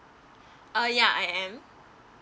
uh ya I am